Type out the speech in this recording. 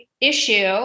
issue